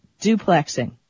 duplexing